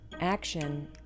Action